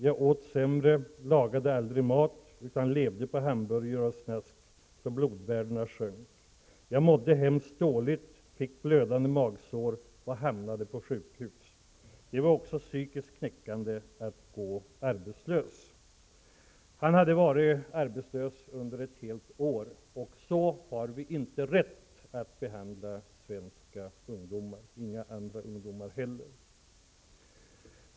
Jag åt sämre, lagade aldrig mat utan levde på hamburgare och snask så blodvärdena sjönk. Jag mådde hemskt dåligt, fick blödande magsår och hamnade på sjukhus. Det var också psykiskt knäckande att gå arbetslös.'' Han hade varit arbetslös under ett helt år, och så har vi inte rätt att behandla svenska ungdomar -- inga andra ungdomar heller.